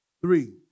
Three